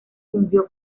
fungió